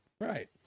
Right